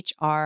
HR